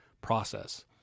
process